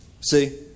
See